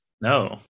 No